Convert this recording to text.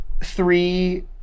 three